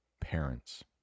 parents